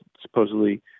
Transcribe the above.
supposedly